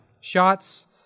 Shots